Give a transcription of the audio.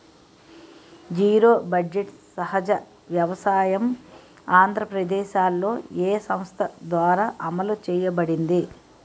Zero budget సహజ వ్యవసాయం ఆంధ్రప్రదేశ్లో, ఏ సంస్థ ద్వారా అమలు చేయబడింది?